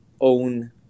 own